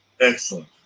Excellent